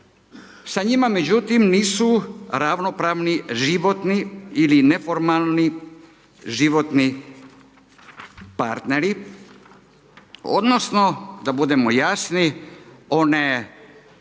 Sa njima međutim, nisu ravnopravni životni ili neformalni životni partneri odnosno da budemo jasni one